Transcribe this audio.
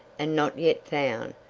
and not yet found,